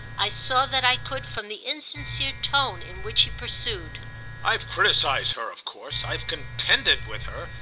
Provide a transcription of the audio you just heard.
i saw that i could from the insincere tone in which he pursued i've criticised her of course, i've contended with her,